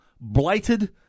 blighted